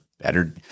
better